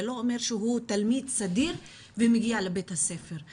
זה לא אומר שהוא תלמיד סדיר ומגיע לבית הספר,